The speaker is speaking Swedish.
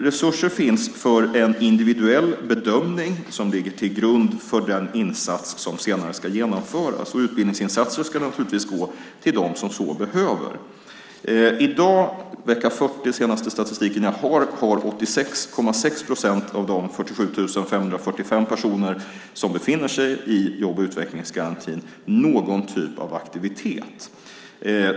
Resurser finns för en individuell bedömning som ligger till grund för den insats som senare ska genomföras. Utbildningsinsatser ska naturligtvis gå till dem som så behöver. I dag visar statistiken för vecka 40, den senaste statistiken jag har, att 86,6 procent av de 47 545 personer som befinner sig i jobb och utvecklingsgarantin har någon typ av aktivitet.